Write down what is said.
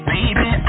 Baby